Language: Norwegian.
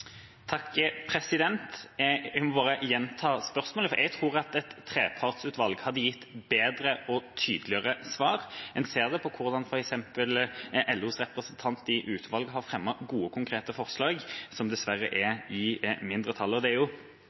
Jeg må bare gjenta spørsmålet, for jeg tror at et trepartsutvalg hadde gitt bedre og tydeligere svar. En ser det på hvordan f.eks. LOs representant i utvalget har fremmet gode, konkrete forslag – som dessverre er i mindretall. Det er jo